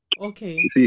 Okay